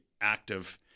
active